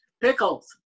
Pickles